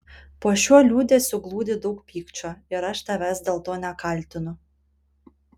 po šiuo liūdesiu glūdi daug pykčio ir aš tavęs dėl to nekaltinu